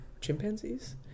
chimpanzees